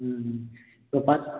ம் ம் இப்போ பாத்